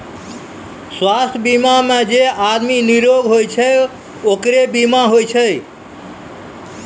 स्वास्थ बीमा मे जे आदमी निरोग होय छै ओकरे बीमा होय छै